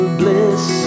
bliss